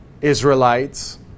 Israelites